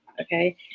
okay